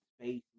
space